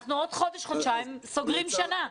אנחנו עוד חודש חודשיים סוגרים שנה.